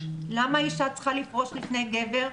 למה אישה צריכה לפרוש לפני גבר?